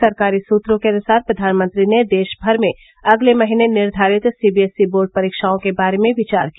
सरकारी सुत्रों के अनुसार प्रधानमंत्री ने देश भर में अगले महीने निर्धारित सीबीएसई बोर्ड परीक्षाओं के बारे में विचार किया